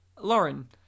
Lauren